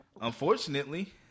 unfortunately